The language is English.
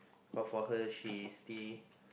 call for her she is still